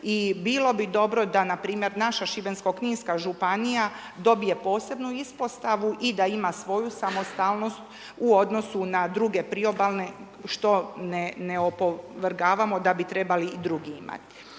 i bilo bi dobro da na primjer, naša Šibensko-kninska županija dobije posebnu ispostavu i da ima svoju samostalnost u odnosu na druge priobalne, što ne opovrgavamo da bi trebali i drugi imati.